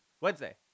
Wednesday